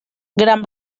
gran